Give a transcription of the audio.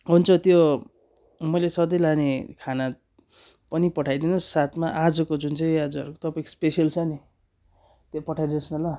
हुन्छ त्यो मैले सधैँ लाने खाना पनि पठाइदिनुहोस् साथमा आजुको जुन चाहिँ आज तपाईँको स्पेसल छ नि त्यो पठाइदिनुहोस् न ल